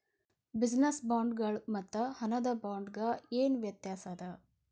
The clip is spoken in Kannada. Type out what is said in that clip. ಬಿಜಿನೆಸ್ ಬಾಂಡ್ಗಳ್ ಮತ್ತು ಹಣದ ಬಾಂಡ್ಗ ಏನ್ ವ್ಯತಾಸದ?